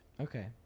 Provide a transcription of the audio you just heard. Okay